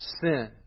sin